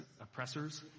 oppressors